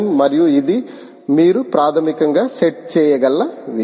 మరియు ఇది మీరు ప్రాథమికంగా సెట్ చేయగల విషయం